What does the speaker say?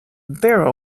barrel